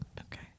Okay